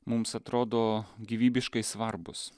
mums atrodo gyvybiškai svarbūs